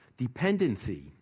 Dependency